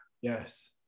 Yes